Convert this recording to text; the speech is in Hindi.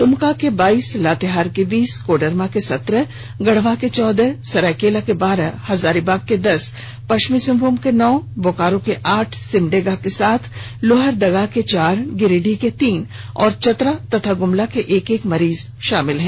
दुमका के बाइस लातेहार के बीस कोडरमा के सत्रह गढ़वा के चौदह सरायकेला के बारह हजारीबाग के दस पश्चिमी सिंहभूम के नौ बोकारो के आठ सिमडेगा के सात लोहरदगा के चार गिरिडीह के तीन और चतरा और गुमला के एक एक मरीज शामिल हैं